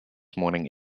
morning